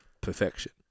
perfection